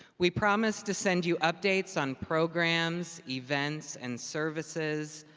we promise to send you updates on programs, events and services,